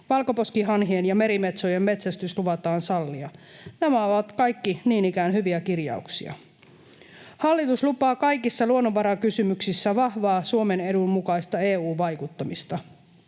Valkoposkihanhien ja merimetsojen metsästys luvataan sallia. Nämä ovat kaikki niin ikään hyviä kirjauksia. Hallitus lupaa kaikissa luonnonvarakysymyksissä vahvaa, Suomen edun mukaista EU-vaikuttamista.